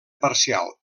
parcial